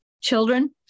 children